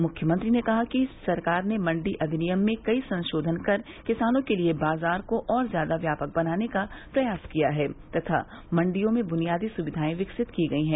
मुख्यमंत्री ने कहा कि सरकार ने मण्डी अधिनियम में कई संशोधन कर किसानों के लिए बाज़ार को और ज़्यादा व्यापक बनाने का प्रयास किया है तथा मण्डियों में बुनियादी सुविधायें विकसित की गयी हैं